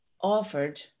offered